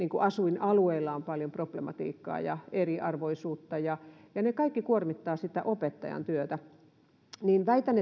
asuinalueilla on paljon problematiikkaa ja eriarvoisuutta ja ja ne kaikki kuormittavat opettajan työtä väitän